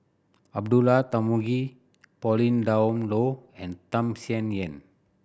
Abdullah Tarmugi Pauline Dawn Loh and Tham Sien Yen